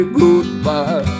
goodbye